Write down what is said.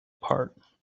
part